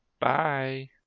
Bye